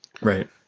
Right